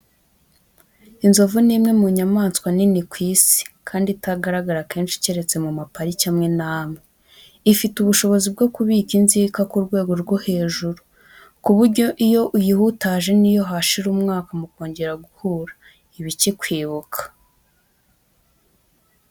Inzovu ni imwe mu nyamaswa nini ku isi, kandi itagaragara kenshi keretse mu mapariki amwe n’amwe. Ifite ubushobozi bwo kubika inzika ku rwego rwo hejuru, ku buryo iyo uyihutaje n'iyo hashira umwaka mukongera guhura, iba ikikwibuka.